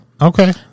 Okay